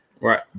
Right